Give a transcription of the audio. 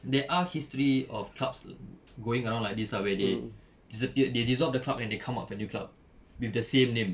they are history of clubs going around like this ah where they disappeared they dissolve the club and they come out with a new club with the same name